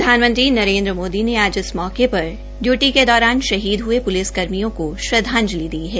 प्रधानमंत्री नरेन्द्र मोदी ने आज इस मौके पर डयूटी के दौरान शहीद हये पूलिसकर्मियों को श्रद्धांजलि दी है